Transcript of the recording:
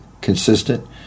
consistent